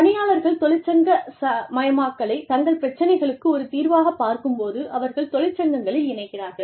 பணியாளர்கள் தொழிற்சங்கமயமாக்கலை தங்கள் பிரச்சினைகளுக்கு ஒரு தீர்வாகப் பார்க்கும்போது அவர்கள் தொழிற்சங்கங்களில் இணைகிறார்கள்